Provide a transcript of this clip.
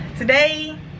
Today